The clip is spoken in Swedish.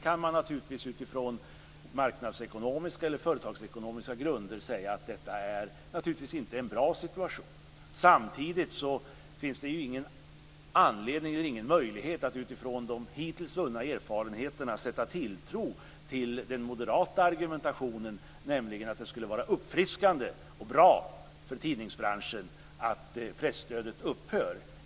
Man kan naturligtvis på marknadsekonomiska eller företagsekonomiska grunder säga att detta inte är en bra situation. Samtidigt finns det ingen möjlighet att utifrån de hittills vunna erfarenheterna sätta tilltro till den moderata argumentationen att det skulle vara uppfriskande och bra för tidningsbranschen att presstödet upphör.